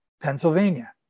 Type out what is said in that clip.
Pennsylvania